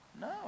No